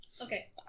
Okay